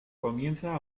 comienza